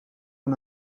aan